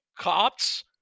cops